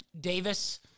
Davis